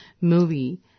movie